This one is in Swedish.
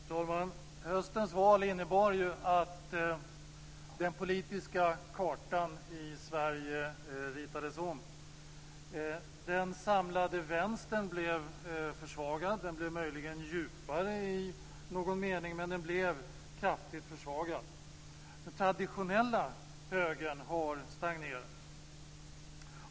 Herr talman! Höstens val innebar att den politiska kartan i Sverige ritades om. Den samlade vänstern blev försvagad. Den blev möjligen djupare i någon mening, men den blev kraftigt försvagad. Den traditionella högern har stagnerat.